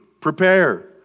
prepare